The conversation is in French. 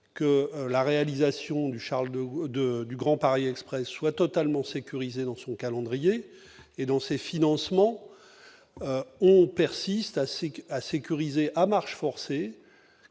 de du Grand Paris Express soit totalement sécurisé dans son calendrier et dans ses financements, on persiste à à sécuriser à marche forcée,